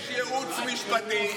אני מבקש ייעוץ משפטי.